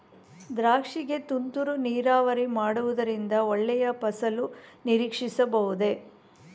ದ್ರಾಕ್ಷಿ ಗೆ ತುಂತುರು ನೀರಾವರಿ ಮಾಡುವುದರಿಂದ ಒಳ್ಳೆಯ ಫಸಲು ನಿರೀಕ್ಷಿಸಬಹುದೇ?